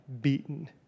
beaten